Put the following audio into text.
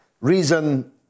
reason